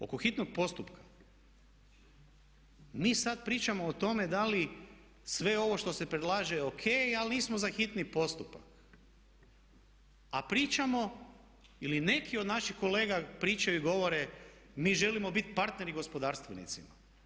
Oko hitnog postupka, mi sad pričamo o tome da li sve ovo što se predlaže je o.k. ali nismo za hitni postupak, a pričamo ili neki od naših kolega pričaju i govore mi želimo biti partneri gospodarstvenicima.